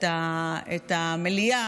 את המליאה,